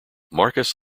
markus